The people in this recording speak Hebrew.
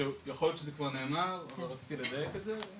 יכול להיות שזה כבר נאמר, אבל רציתי לדייק את זה.